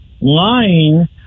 lying